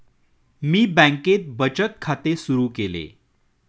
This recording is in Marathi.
मी बँकेत बचत खाते सुरु केले